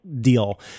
deal